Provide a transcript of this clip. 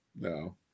no